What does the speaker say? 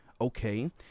okay